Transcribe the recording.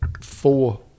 four